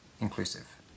inclusive